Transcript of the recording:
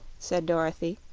said dorothy.